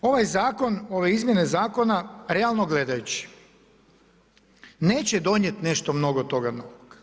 Ovaj zakon, ove izmjene zakona realno gledajući neće donijeti nešto mnogo toga novog.